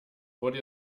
wurde